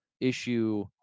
issue